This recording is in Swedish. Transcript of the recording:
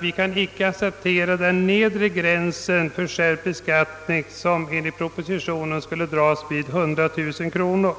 vi kan inte acceptera den nedre gränsen för skärpt beskattning som enligt propositionen skulle dras vid 100 000 kronor.